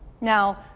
Now